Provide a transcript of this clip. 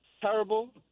terrible